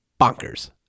bonkers